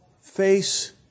face